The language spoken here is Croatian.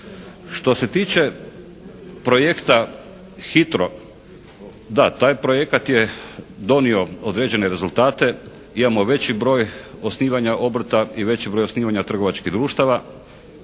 Što se tiče projekta HITRO, da taj projekat je donio određene rezultate, imamo veći broj osnivanja obrta i veći broj osnivanja trgovačkih društava.